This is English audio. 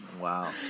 Wow